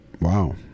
Wow